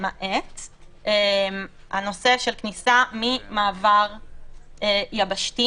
לא ביצעת עבירה אם לא עשית בדיקה אבל הבהרנו את זה עוד קצת.